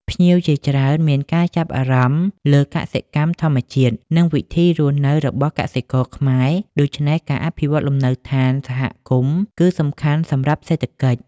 ភ្ញៀវជាច្រើនមានការចាប់អារម្មណ៍លើកសិកម្មធម្មជាតិ និងវិធីរស់នៅរបស់កសិករខ្មែរ ដូច្នេះការអភិវឌ្ឍលំនៅដ្ឌានសហគមន៍គឺសំខាន់សម្រាប់សេដ្ឋកិច្ច។